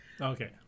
Okay